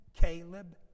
Caleb